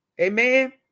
amen